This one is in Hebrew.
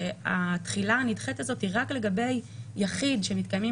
שהתחילה הנדחית הזאת היא רק לגבי יחיד שמתקיימים